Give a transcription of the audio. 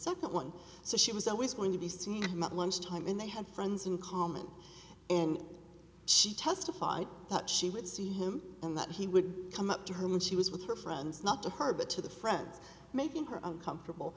second one so she was always going to be seeing lunch time and they had friends in common and she testified that she would see him and that he would come up to her when she was with her friends not to her but to the friends making her comfortable